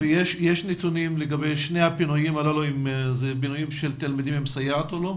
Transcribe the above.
האם יש נתונים האם מדובר בשני הפינויים האלו בתלמידים עם סייעת או לא?